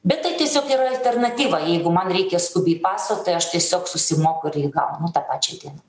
bet tai tiesiog yra alternatyva jeigu man reikia skubiai paso tai aš tiesiog susimoku ir gaunu tą pačią dieną